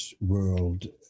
world